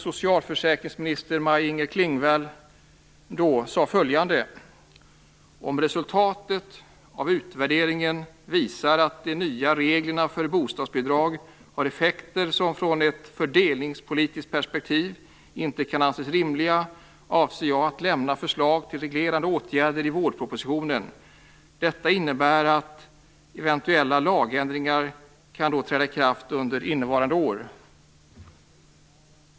Socialförsäkringsminister Maj-Inger Klingvall sade att om resultatet av utvärderingen visar att de nya reglerna för bostadsbidrag har effekter som från ett fördelningspolitiskt perspektiv inte kan anses rimliga, avser hon att lämna förslag till reglerande åtgärder i vårpropositionen. Detta innebär att eventuella lagändringar kan träda i kraft under innevarande år.